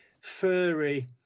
furry